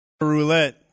Roulette